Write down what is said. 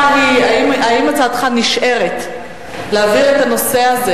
האם הצעתך נשארת להעביר את הנושא הזה